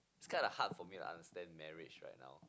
it's kinda hard for me to understand marriage right now